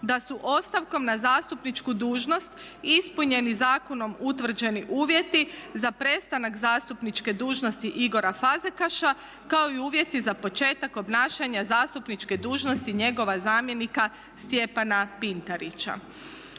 da su ostavkom na zastupničku dužnost ispunjeni zakonom utvrđeni uvjeti za prestanak zastupničke dužnosti Igora Fazekaša kao i uvjeti za početak obnašanja zastupničke dužnosti njegova zamjenika Stjepana Pintarića.